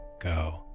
go